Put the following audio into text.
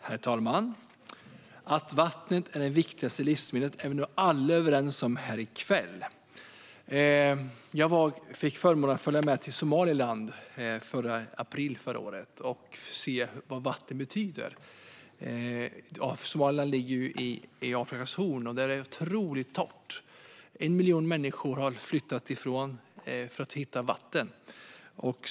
Herr talman! Att vatten är det viktigaste livsmedlet är nog alla vi som är här i kväll överens om. I april förra året fick jag förmånen att följa med till Somaliland och se vad vatten betyder. Somaliland ligger ju på Afrikas horn, där det är otroligt torrt. 1 miljon människor har flyttat därifrån för att hitta vatten.